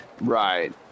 Right